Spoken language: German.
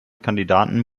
kandidaten